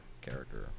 character